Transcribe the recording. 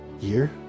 year